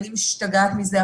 אני משתגעת מזה,